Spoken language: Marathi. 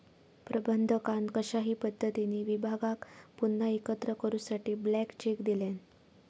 प्रबंधकान कशाही पद्धतीने विभागाक पुन्हा एकत्र करूसाठी ब्लँक चेक दिल्यान